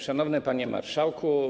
Szanowny Panie Marszałku!